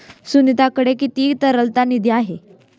सुनीताकडे किती तरलता निधी आहे?